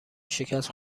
شکست